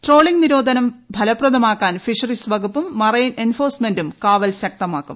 trawling നിരോധനം ഫലപ്രദമാക്കാൻ fisheries വകുപ്പും മറൈൻ എംഫോഴ്സ്മെന്റും കാവൽ ശക്തമാക്കും